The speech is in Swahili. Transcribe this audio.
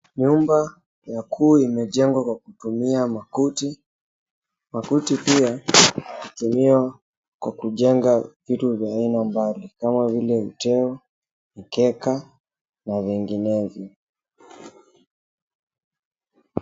Nyumba ya kuku imejengwa kwa kutumia makuti. Makuti pia yametumiwa kujenga vitu vya aina mbali kama vile uteo, mkeka na vinginevyo.